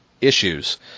issues